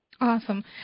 Awesome